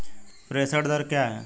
प्रेषण दर क्या है?